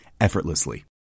effortlessly